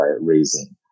Raising